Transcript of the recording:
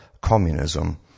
communism